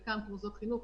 חלקם כמוסדות חינוך,